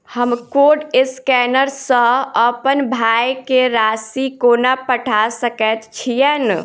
हम code scanner सँ अप्पन भाय केँ राशि कोना पठा सकैत छियैन?